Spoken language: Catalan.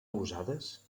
usades